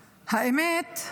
האמת,